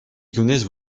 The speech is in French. connaissent